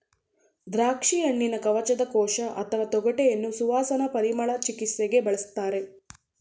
ದ್ರಾಕ್ಷಿಹಣ್ಣಿನ ಕವಚದ ಕೋಶ ಅಥವಾ ತೊಗಟೆಯನ್ನು ಸುವಾಸನಾ ಪರಿಮಳ ಚಿಕಿತ್ಸೆಗೆ ಬಳಸ್ತಾರೆ